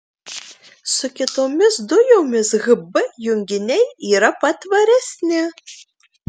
su kitomis dujomis hb junginiai yra patvaresni